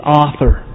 author